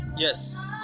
Yes